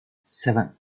seven